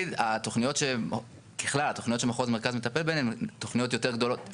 התוכניות שמחוז מרכז מטפל בהן הן תוכניות יותר גדולות.